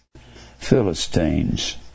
Philistines